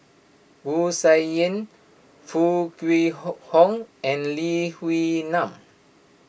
Wu Tsai Yen Foo Kwee Horng and Lee Wee Nam